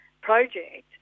project